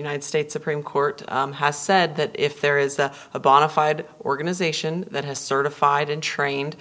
united states supreme court has said that if there is that a bonafide organization that has certified and trained